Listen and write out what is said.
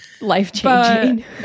Life-changing